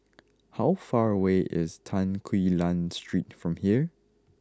how far away is Tan Quee Lan Street from here